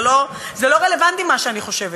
זה לא רלוונטי מה שאני חושבת,